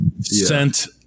sent